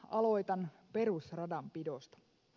aloitan perusradanpidosta